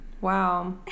Wow